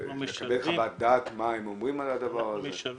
אני לא פיזיקאי,